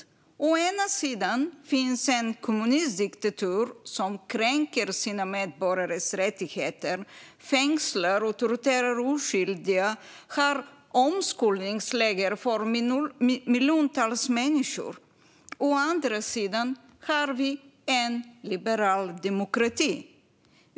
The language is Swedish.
På den ena sidan finns en kommunistdiktatur som kränker sina medborgares rättigheter, fängslar och torterar oskyldiga och har omskolningsläger för miljontals människor. På den andra sidan finns en liberal demokrati.